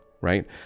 right